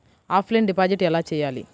Offline deposit ఎలా చేయాలి?